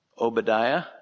Obadiah